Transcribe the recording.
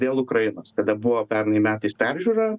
dėl ukrainos kada buvo pernai metais peržiūra